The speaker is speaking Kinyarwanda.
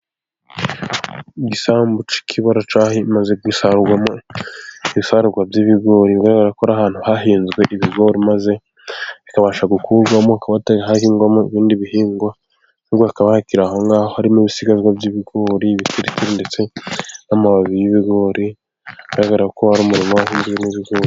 Igisambu cy'ikibara cyamaze gusarurwamo ibisarurwa by'ibigori, bigaragara ko ari ahantu hahinzwe ibigori maze bikabasha gukurwamo hakaba hatari hahingwamo ibindi bihingwa, ahubwo hakaba hakiri aho ngaho harimo ibisigazwa by'ibigori, ibitiritiri ndetse n'amababi y'ibigori, hagaragara ko ari umurima wahinzwemo ibigori.